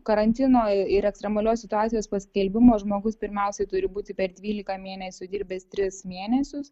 karantino ir ekstremalios situacijos paskelbimo žmogus pirmiausiai turi būti per dvylika mėnesių dirbęs tris mėnesius